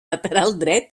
marcar